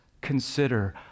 consider